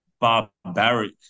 barbaric